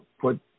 put